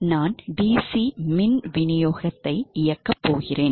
நான் DC மின் விநியோகத்தை இயக்கப் போகிறேன்